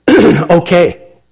Okay